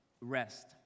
rest